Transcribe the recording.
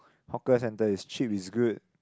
hawker centre is cheap is good